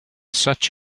such